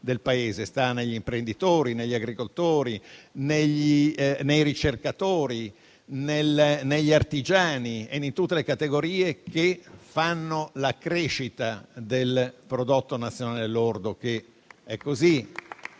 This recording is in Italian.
sta negli imprenditori, negli agricoltori, nei ricercatori, negli artigiani e in tutte le categorie che fanno la crescita del Prodotto nazionale lordo,